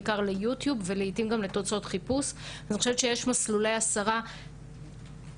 זה שבעים ושבעה אחוז מהתוכן מוסר לפני שיש אפילו צפיות ביו טיוב.